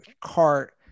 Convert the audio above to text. cart